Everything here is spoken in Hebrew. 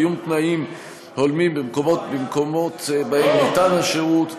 קיום תנאים הולמים במקומות שבהם השירות ניתן,